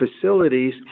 facilities